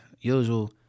usual